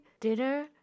dinner